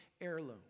heirloom